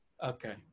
Okay